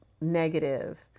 negative